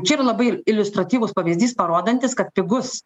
čia yra labai iliustratyvus pavyzdys parodantis kad pigus